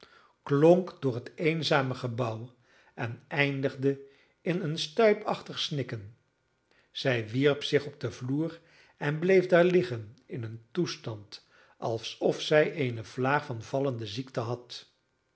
klonk door het eenzame gebouw en eindigde in een stuipachtig snikken zij wierp zich op den vloer en bleef daar liggen in een toestand alsof zij eene vlaag van vallende ziekte had